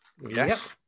Yes